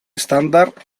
estàndard